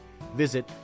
Visit